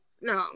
No